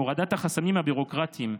הורדת החסמים הביורוקרטיים,